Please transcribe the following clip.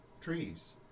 trees